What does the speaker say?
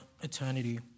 eternity